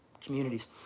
communities